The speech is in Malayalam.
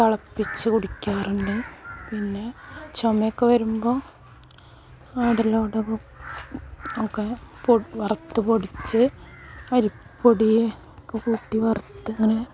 തിളപ്പിച്ച് കുടിക്കാറുണ്ട് പിന്നെ ചുമയൊക്കെ വരുമ്പോൾ ആടലോടകവും ഒക്കെ വറുത്ത് പൊടിച്ച് അരിപ്പൊടി ഒക്കെ കൂട്ടി വറുത്ത് ഇങ്ങനെ